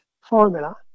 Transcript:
formula